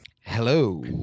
Hello